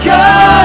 God